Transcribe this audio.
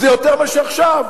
זה יותר ממה שעכשיו.